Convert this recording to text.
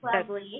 lovely